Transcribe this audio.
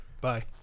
Bye